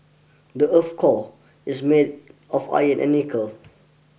the earth's core is made of iron and nickel